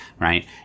right